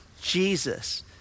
Jesus